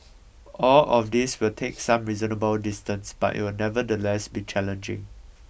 all of these will take some reasonable distance but it will nevertheless be challenging